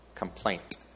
complaint